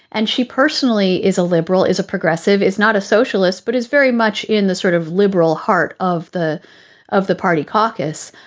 and she personally is a liberal, is a progressive, is not a socialist, but is very much in the sort of liberal heart of the of the party caucus.